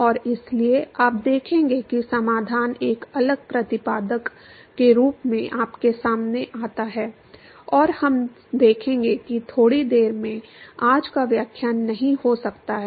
और इसलिए आप देखेंगे कि समाधान एक अलग प्रतिपादक के रूप में सामने आता है और हम देखेंगे कि थोड़ी देर में आज का व्याख्यान नहीं हो सकता है